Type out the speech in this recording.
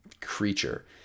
creature